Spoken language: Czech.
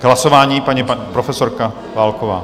K hlasování paní profesorka Válková.